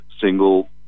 single